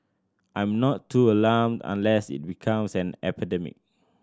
I'm not too alarmed unless it becomes an epidemic